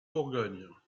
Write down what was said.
bourgogne